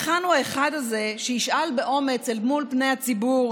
היכן הוא האחד הזה שישאל באומץ אל מול פני הציבור: